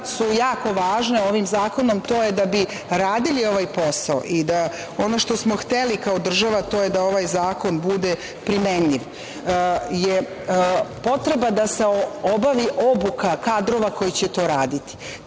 su jako važne ovim zakonom, to je da bi radili ovaj posao i da ono što smo hteli kao država, to je da ovaj zakon bude primenljiv i potreba da se obavi obuka kadrova koji će to raditi.